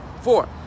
Four